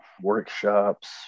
workshops